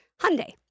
Hyundai